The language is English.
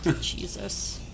Jesus